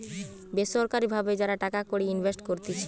বেসরকারি ভাবে যারা টাকা কড়ি ইনভেস্ট করতিছে